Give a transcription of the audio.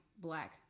black